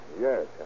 Yes